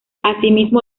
asimismo